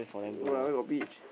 no lah where got beach